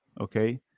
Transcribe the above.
okay